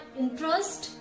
interest